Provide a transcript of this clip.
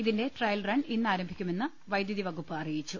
ഇതിന്റെ trial run ഇന്ന് ആരംഭിക്കുമെന്ന് വൈദ്യുതി വകുപ്പ് അറിയിച്ചു